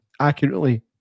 accurately